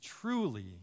truly